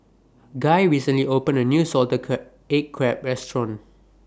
Guy recently opened A New Salted Egg Crab Restaurant